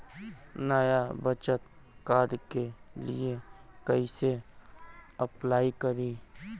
नया बचत कार्ड के लिए कइसे अपलाई करी?